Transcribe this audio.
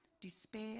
despair